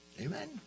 Amen